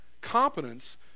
Competence